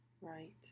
Right